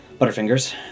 Butterfingers